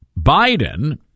Biden